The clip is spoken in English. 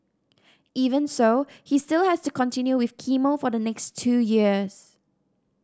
even so he still has to continue with chemo for the next two years